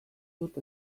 dut